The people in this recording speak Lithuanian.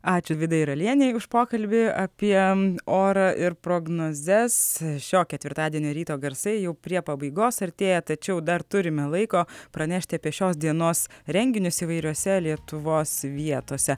ačiū vidai ralienei už pokalbį apie orą ir prognozes šio ketvirtadienio ryto garsai jau prie pabaigos artėja tačiau dar turime laiko pranešti apie šios dienos renginius įvairiose lietuvos vietose